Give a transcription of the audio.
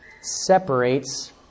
separates